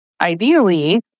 ideally